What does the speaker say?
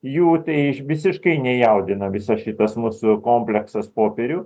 jų tai visiškai nejaudina visas šitas mūsų kompleksas popierių